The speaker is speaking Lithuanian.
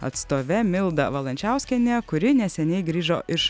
atstove milda valančiauskiene kuri neseniai grįžo iš